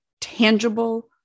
tangible